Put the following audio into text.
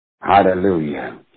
Hallelujah